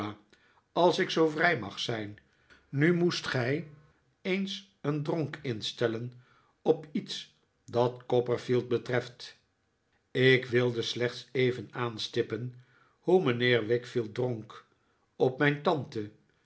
als ik zoo vrij mag zijn nu moest gij eens een dronk instellen op iets dat copperfield betreft ik wil slechts even aanstippen hoe mijnheer wickfield dronk op mijn tante